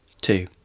Two